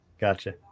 Gotcha